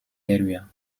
area